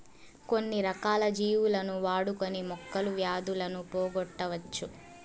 కొన్ని రకాల జీవులను వాడుకొని మొక్కలు వ్యాధులను పోగొట్టవచ్చు